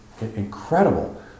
incredible